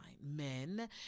men